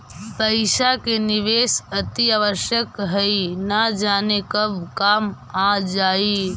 पइसा के निवेश अतिआवश्यक हइ, न जाने कब काम आ जाइ